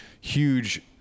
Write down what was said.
huge